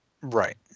right